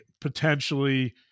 potentially